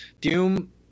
Doom